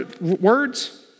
words